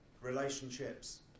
Relationships